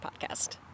podcast